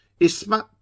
Isma